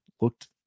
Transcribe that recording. looked